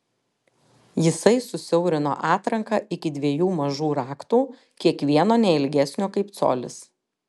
jisai susiaurino atranką iki dviejų mažų raktų kiekvieno ne ilgesnio kaip colis